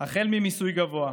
מיסוי גבוה,